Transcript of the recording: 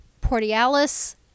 portialis